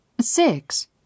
Six